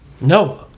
No